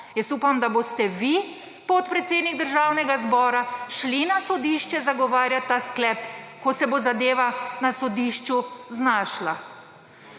Jaz upam, da boste vi, podpredsednik državnega zbora, šli na sodišče zagovarjat ta sklep, ko se bo zadeva na sodišču znašla.